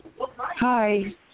Hi